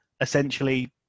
essentially